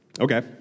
Okay